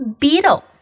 Beetle